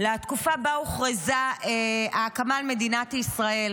לתקופה שבה הוכרזה הקמת מדינת ישראל.